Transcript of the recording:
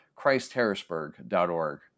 ChristHarrisburg.org